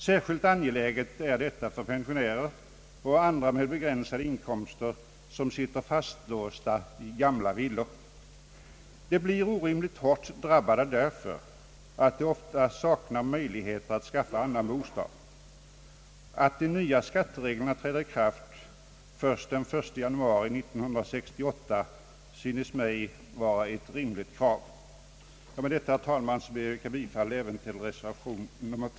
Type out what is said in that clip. Särskilt angeläget är detta för pensionärer och andra med begränsade inkomster. De sitter fastlåsta i gamla villor och blir orimligt hårt drabbade, därför att de ofta saknar möjligheter att skaffa sig någon annan bostad. Att de nya skattereglerna träder i kraft först den 1 januari 1968 synes mig vara ett rimligt krav. Med detta, herr talman, vill jag yrka bifall även till reservation III.